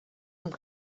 amb